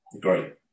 Great